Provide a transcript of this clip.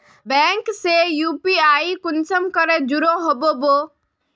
Bank से UPI कुंसम करे जुड़ो होबे बो?